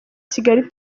kigali